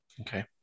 Okay